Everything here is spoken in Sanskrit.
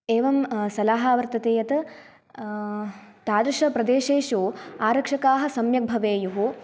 एवं सलहा वर्तते यत् तादृशप्रदेशेषु आरक्षकाः सम्यक् भवेयुः